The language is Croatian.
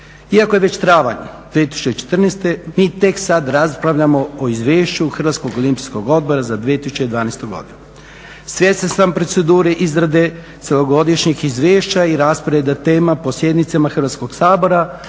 Iako je već travanj 2014. mi tek sad raspravljamo o izvješću Hrvatskog olimpijskog odbora za 2012. godinu. Svjestan sam procedure izrade cjelogodišnjih izvješća i rasporeda tema po sjednicama Hrvatskog sabora,